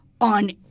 on